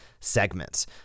segments